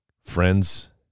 Friends